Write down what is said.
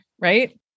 right